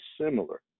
similar